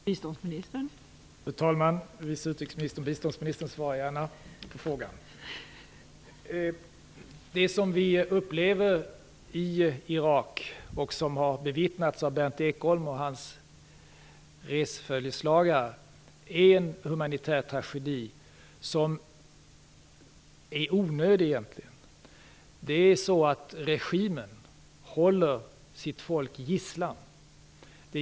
Fru talman! Det som vi upplever i Irak och som har bevittnats av Berndt Ekholm och hans resföljeslagare är en humanitär tragedi som egentligen är onödig. Regimen håller sitt folk som gisslan.